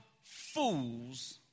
fools